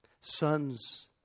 sons